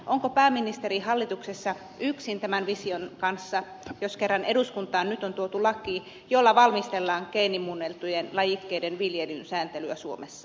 onko pääministeri hallituksessa yksin tämän vision kanssa jos kerran eduskuntaan nyt on tuotu laki jolla valmistellaan geenimuunneltujen lajikkeiden viljelyn sääntelyä suomessa